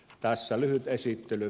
tässä lyhyt esittely